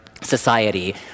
society